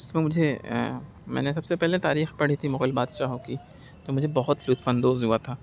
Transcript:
اس میں مجھے میں نے سب سے پہلے تاریخ پڑھی تھی مغل بادشاہوں کی تو مجھے بہت لطف اندوز ہوا تھا